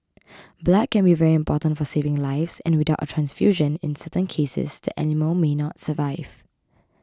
blood can be very important for saving lives and without a transfusion in certain cases the animal may not survive